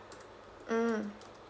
mm